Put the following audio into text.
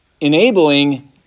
enabling